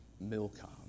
Milcom